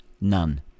none